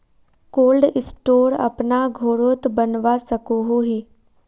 Cold store अपना घोरोत बनवा सकोहो ही?